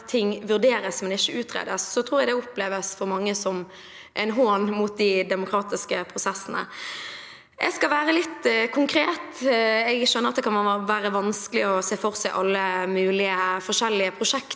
at ting vurderes, men ikke utredes, tror jeg det oppleves for mange som en hån mot de demokratiske prosessene. Jeg skal være litt konkret. Jeg skjønner at det kan være vanskelig å se for seg alle mulige, forskjellige prosjekter,